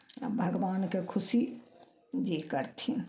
आओर भगवानके खुशी जे करथिन